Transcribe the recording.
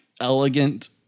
elegant